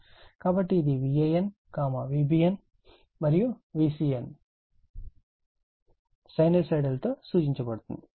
కాబట్టి ఇది Van Vbn మరియు Vcn సైనూసోయిడల్ తో సూచించబడుతుంది